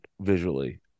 visually